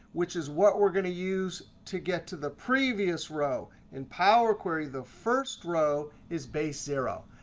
which is what we're going to use to get to the previous row. in power query, the first row is base zero.